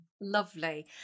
lovely